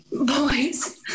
Boys